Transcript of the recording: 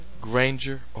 Granger